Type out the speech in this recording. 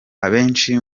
abenshi